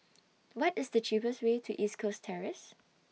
What IS The cheapest Way to East Coast Terrace